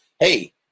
Hey